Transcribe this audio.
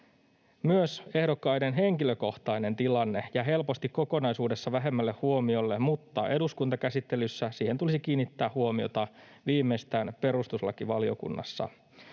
Myös ehdokkaiden henkilökohtainen tilanne jää helposti kokonaisuudessa vähemmälle huomiolle, mutta eduskuntakäsittelyssä siihen tulisi kiinnittää huomiota viimeistään perustuslakivaliokunnassa.